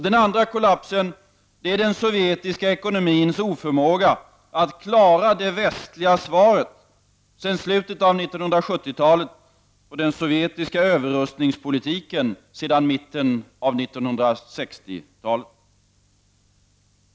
Den andra kollapsen är den sovjetiska ekonomins oförmåga att klara det västliga svaret sedan slutet av 1970-talet på den sovjetiska överrustningspolitiken sedan mitten av 1960-talet.